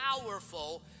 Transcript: powerful